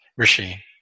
Rishi